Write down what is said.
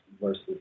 versus